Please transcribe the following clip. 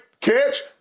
catch